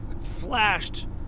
flashed